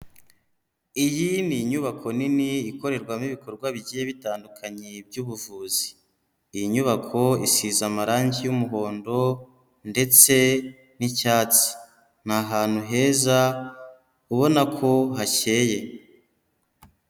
Iyi ni inyubako nini ikorerwamo ibikorwa bigiye bitandukanye by'ubuvuzi. Iyi nyubako isize amarangi y'umuhondo ndetse n'icyatsi. Ni ahantu heza, ubona ko hacyeye.